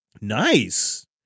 Nice